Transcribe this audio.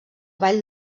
vall